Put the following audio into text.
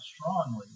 strongly